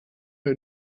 who